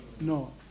No